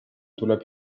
tuleb